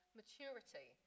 maturity